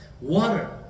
water